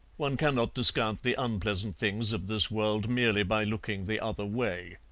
one cannot discount the unpleasant things of this world merely by looking the other way.